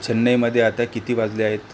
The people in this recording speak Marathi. चेन्नईमध्ये आता किती वाजले आहेत